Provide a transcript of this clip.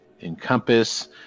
encompass